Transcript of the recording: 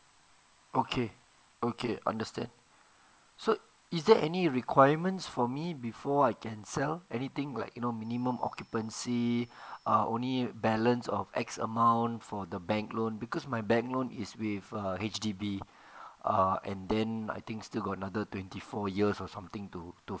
okay okay understand so is there any requirements for me before I can sell anything like you know minimum occupancy err only a balance of X amount for the bank loan because my bank loan is with err H_D_B err and then like I think still got another twenty four years or something to to